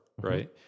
right